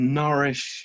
nourish